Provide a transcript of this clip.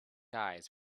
eyes